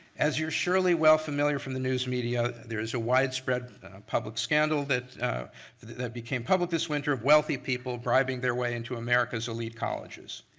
as you're surely well familiar from the news media, there is a widespread public scandal that became public this winter of wealthy people bribing their way into america's elite colleges.